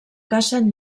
cacen